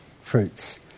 fruits